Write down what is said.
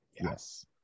Yes